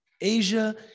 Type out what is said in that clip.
Asia